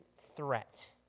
threat